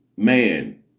Man